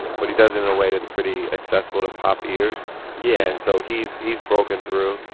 but he does it in a way that's pretty accessible to pop ears yeah and so he's he's broken through.